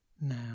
now